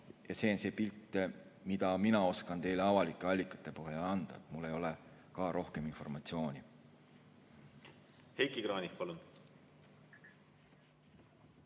ja see on see pilt, mille mina oskan teile avalike allikate põhjal anda. Mul ei ole ka rohkem informatsiooni. Heiki Kranich, palun!